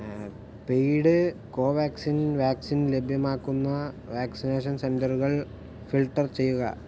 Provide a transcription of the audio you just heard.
paid Covaxin vaccine ലഭ്യമാക്കുന്ന vaccination സെൻറ്ററുകൾ filter ചെയ്യുക